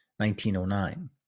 1909